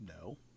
No